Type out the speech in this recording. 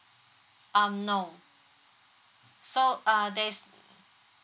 um no so uh there is